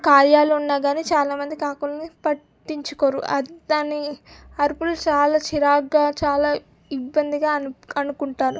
కార్యాలున్నా కానీ చాలా మంది కాకులని పట్టించుకోరు అది దాని అరుపులు చాలా చిరాకుగా చాలా ఇబ్బందిగా అను అనుకుంటారు